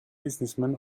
businessmen